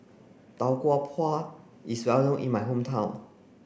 Tau Kwa Pau is well known in my hometown